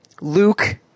Luke